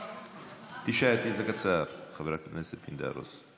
תישאר, זה קצר, חבר הכנסת פינדרוס.